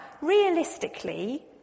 realistically